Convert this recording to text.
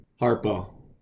Harpo